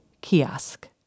kiosk